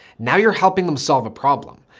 now you're helping them solve a problem,